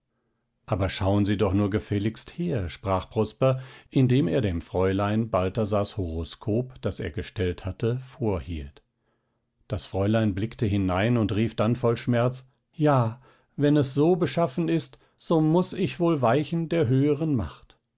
aber schauen sie doch nur gefälligst her sprach prosper indem er dem fräulein balthasars horoskop das er gestellt hatte vorhielt das fräulein blickte hinein und rief dann voll schmerz ja wenn es so beschaffen ist so muß ich wohl weichen der höheren macht